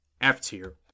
F-Tier